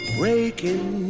breaking